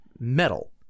Metal